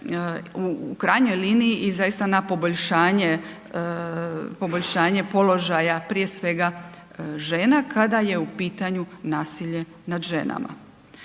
u krajnjoj liniji i zaista na poboljšanje, poboljšanje položaja prije svega žena, kada je u pitanju nasilje nad ženama.